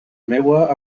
meua